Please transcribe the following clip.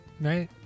right